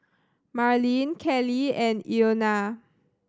Marleen Kellie and Ilona